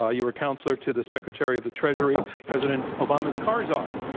ah you were counselor to the secretary of the treasury president obama's car czar.